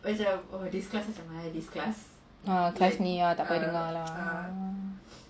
ah class ni tak payah dengar lah